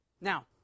Now